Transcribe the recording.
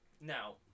Now